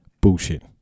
Bullshit